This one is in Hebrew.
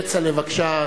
כצל'ה, בבקשה.